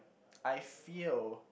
I feel